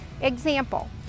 Example